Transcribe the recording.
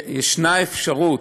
יש אפשרות,